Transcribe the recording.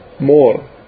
more